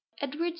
edward's